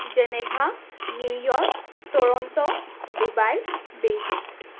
Geneva New York Toronto Dubai Beijing